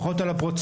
פחות על הפרוצדורה,